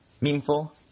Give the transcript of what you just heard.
meaningful